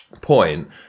point